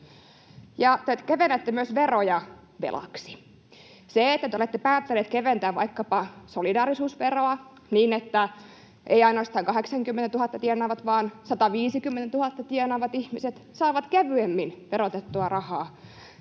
Te kevennätte myös veroja velaksi. Se, että te olette päättäneet keventää vaikkapa solidaarisuusveroa niin, että eivät ainoastaan 80 000 tienaavat vaan myös 150 000 tienaavat ihmiset saavat kevyemmin verotettua rahaa,